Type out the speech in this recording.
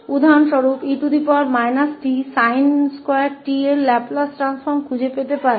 तो उदाहरणों पर आते हुए हम उदाहरण के लिए et sin2 𝑡 के लाप्लास परिवर्तन को खोजना चाहते हैं